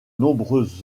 nombreuses